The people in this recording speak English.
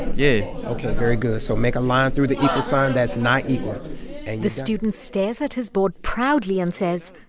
yeah ok. very good. so make a line through the equal sign. that's not equal the student stares at his board proudly and says,